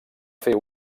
fer